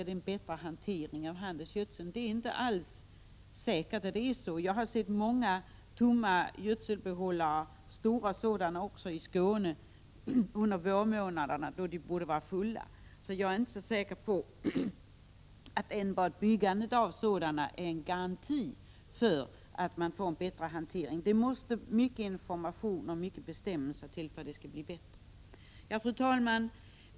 Det är inte alls säkert att det är på det sättet. Jag har sett många stora, tomma gödselbehållare i Skåne under vårmånaderna då de borde vara fulla. Jag är därför inte så säker på att enbart byggandet av sådana är en garanti för att man får en bättre hantering. Det måste till mycket information och många bestämmelser för att det skall bli bättre. Fru talman!